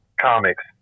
comics